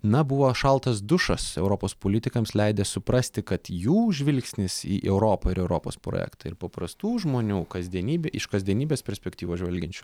na buvo šaltas dušas europos politikams leidęs suprasti kad jų žvilgsnis į europą ir europos projektą ir paprastų žmonių kasdienybė iš kasdienybės perspektyvos žvelgiančių